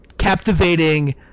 captivating